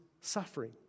suffering